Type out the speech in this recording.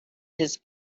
his